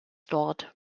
dort